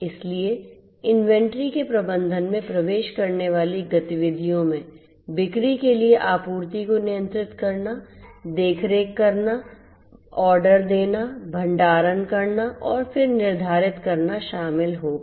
इसलिए इनवेंटरी के प्रबंधन में प्रवेश करने वाली गतिविधियों में बिक्री के लिए आपूर्ति को नियंत्रित करना देखरेख करना ऑर्डर देना भंडारण करना और फिर निर्धारित करना शामिल होगा